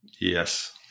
Yes